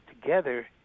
together